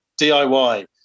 DIY